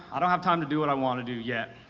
i don't have time to do what i want to do yet.